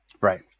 Right